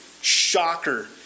Shocker